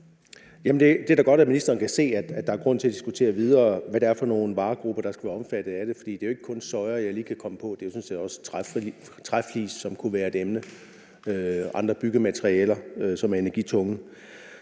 Det er da godt, at ministeren kan se, at der er grund til at diskutere videre, hvad det er for nogle varegrupper, der skal være omfattet af det, for det er jo ikke kun soya, jeg lige kan komme på, det er jo sådan set også træflis, som kunne være et emne, og andre byggematerialer, som er energitunge.